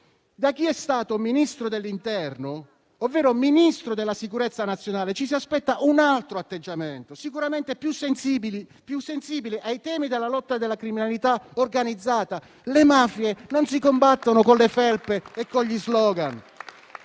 da chi è stato Ministro dell'interno, ovvero Ministro della sicurezza nazionale, ci si aspetta un altro atteggiamento, sicuramente più sensibile ai temi della lotta alla criminalità organizzata. Le mafie non si combattono con le felpe e con gli slogan.